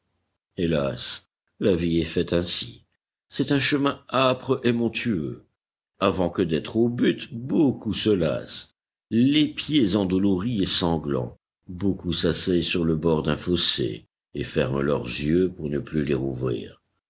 hélas la vie est faite ainsi c'est un chemin âpre et montueux avant que d'être au but beaucoup se lassent les pieds endoloris et sanglants beaucoup s'asseyent sur le bord d'un fossé et ferment leurs yeux pour ne plus les rouvrir